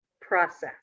process